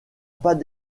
pas